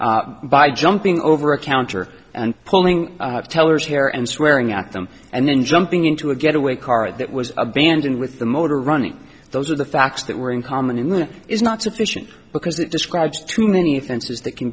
gloves by jumping over a counter and pulling tellers here and swearing at them and then jumping into a getaway car that was abandoned with the motor running those are the facts that were in common and that is not sufficient because it describes too many offenses that can